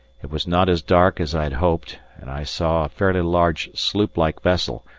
it was not as dark as i had hoped, and i saw a fairly large sloop-like vessel,